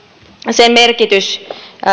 sen merkitys